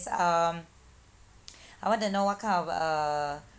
um I want to know what kind of uh